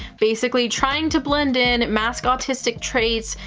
basically, trying to blend in, mask autistic traits,